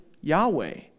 Yahweh